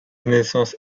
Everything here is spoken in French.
naissance